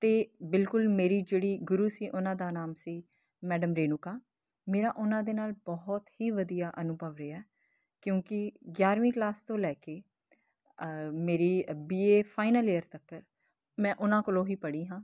ਅਤੇ ਬਿਲਕੁਲ ਮੇਰੀ ਜਿਹੜੀ ਗੁਰੂ ਸੀ ਉਹਨਾਂ ਦਾ ਨਾਮ ਸੀ ਮੈਡਮ ਰੇਨੂਕਾ ਮੇਰਾ ਉਹਨਾਂ ਦੇ ਨਾਲ ਬਹੁਤ ਹੀ ਵਧੀਆ ਅਨੁਭਵ ਰਿਹਾ ਕਿਉਂਕਿ ਗਿਆਰ੍ਹਵੀਂ ਕਲਾਸ ਤੋਂ ਲੈ ਕੇ ਮੇਰੀ ਬੀਏ ਫਾਈਨਲ ਈਅਰ ਤੱਕਰ ਮੈਂ ਉਹਨਾਂ ਕੋਲੋਂ ਹੀ ਪੜ੍ਹੀ ਹਾਂ